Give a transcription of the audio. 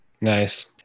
Nice